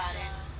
like chinese [one]